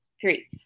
three